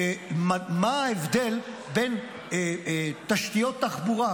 מה ההבדל בין תשתיות תחבורה,